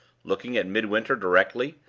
looking at midwinter directly,